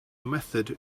method